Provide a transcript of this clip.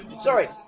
Sorry